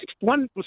one